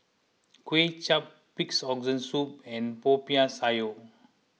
Kway Chap Pigs Organ Soup and Popiah Sayur